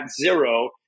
zero